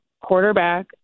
quarterback